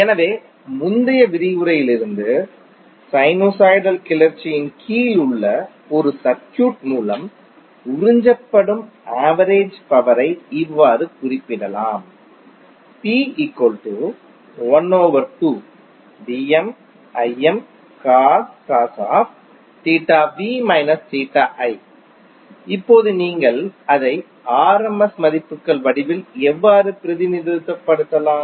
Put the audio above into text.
எனவே முந்தைய விரிவுரையிலிருந்து சைனுசாய்டல் கிளர்ச்சியின் கீழ் ஒரு சர்க்யூட் மூலம் உறிஞ்சப்படும் ஆவரேஜ் பவரை இவ்வாறு குறிப்பிடலாம் இப்போது நீங்கள் அதை rms மதிப்புகள் வடிவில் எவ்வாறு பிரதிநிதித்துவப்படுத்தலாம்